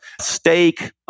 steak